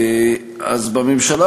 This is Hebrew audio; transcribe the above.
אז בממשלה